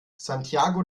santiago